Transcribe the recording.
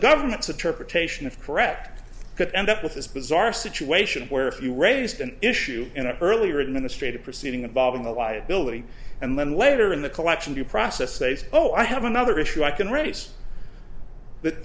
government's a target taishan of correct could end up with this bizarre situation where if you raised an issue in a earlier administrative proceeding involving the liability and then later in the collection due process they say oh i have another issue i can race but